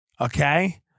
Okay